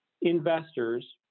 investors